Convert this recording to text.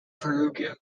perugia